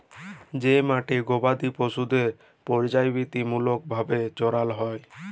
যে মাঠে গবাদি পশুদের পর্যাবৃত্তিমূলক ভাবে চরাল হ্যয়